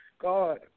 God